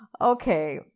Okay